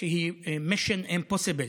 שהיא mission impossible.